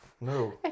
no